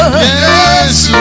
yes